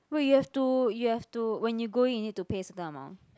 wait you have to you have to when you go in you need to pay certain amount